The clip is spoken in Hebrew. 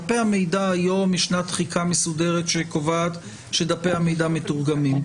יש תחיקה מסודרת שקובעת שדפי המידע מתורגמים.